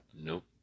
Nope